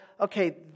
okay